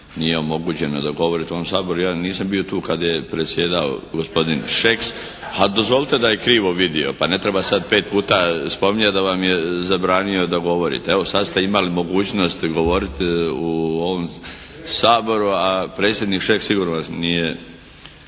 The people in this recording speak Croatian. nije omogućeno da govorite u ovom Saboru. Ja nisam bio tu kada je predsjedao gospodin Šeks, a dozvolite da je krivo vidio, pa ne treba sad pet puta spominjati da vam je zabranio da govorite. Evo sad ste imali mogućnost govoriti u ovom Saboru, a predsjednik Šeks sigurno nije